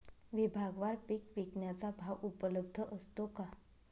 विभागवार पीक विकण्याचा भाव उपलब्ध असतो का?